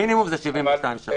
המינימום זה 72 שעות.